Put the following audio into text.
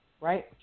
Right